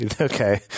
okay